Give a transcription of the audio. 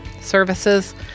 services